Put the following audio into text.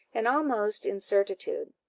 and almost incertitude.